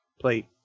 plate